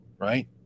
Right